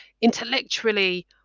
intellectually